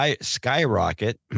skyrocket